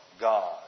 God